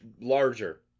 larger